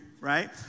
right